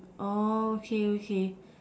oh okay okay